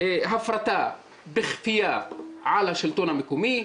הפרטה בכפייה על השלטון המקומי.